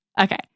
Okay